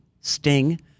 Sting